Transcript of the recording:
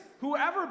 whoever